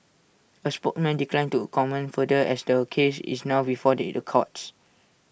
A spokesman declined to comment further as the case is now before the IT courts